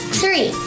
three